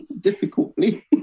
difficultly